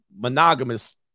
monogamous